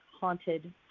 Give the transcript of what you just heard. haunted